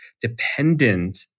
dependent